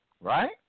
Right